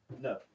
No